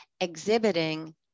exhibiting